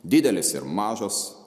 didelis ir mažas